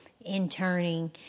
interning